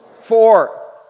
Four